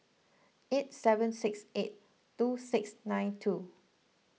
eight seven six eight two six nine two